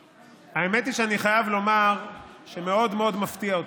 האמת היא שאני חייב לומר שמאוד מאוד מפתיע אותי,